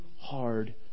hard